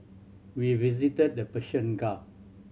we visited the Persian Gulf